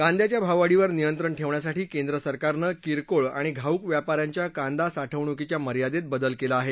कांद्याच्या भाववाढीवर नियंत्रण ठेवण्यासाठी केंद्र सरकारनं किरकोळ आणि घाऊक व्यापाऱ्यांच्या कांदा साठवणुकीच्या मर्यादेत बदल केला आहे